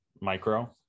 micro